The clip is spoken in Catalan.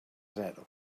zero